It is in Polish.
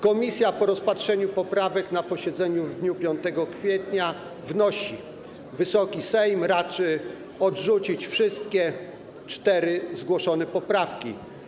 Komisja, po rozpatrzeniu poprawek na posiedzeniu 5 kwietnia, wnosi: Wysoki Sejm raczy odrzucić wszystkie cztery zgłoszone poprawki.